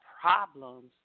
problems